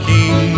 King